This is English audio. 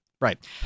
right